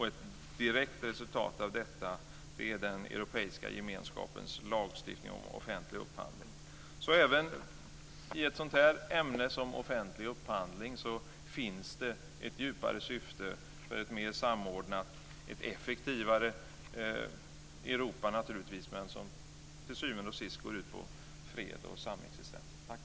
Ett direkt resultat av detta är den europeiska gemenskapens lagstiftning om offentlig upphandling. Så även i fråga om ett sådant ämne som offentlig upphandling finns det ett djupare syfte för ett mer samordnat och naturligtvis mer effektivt Europa, och till syvende och sist går det ut på fred och samexistens.